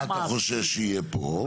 ומה אתה חושש שיהיה פה?